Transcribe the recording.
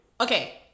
Okay